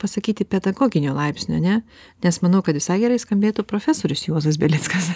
pasakyti pedagoginio laipsnio ne nes manau kad visai gerai skambėtų profesorius juozas belickas